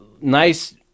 nice